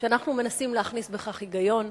כשאנחנו מנסים להכניס בכך היגיון,